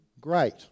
great